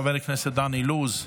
חבר הכנסת דן אילוז,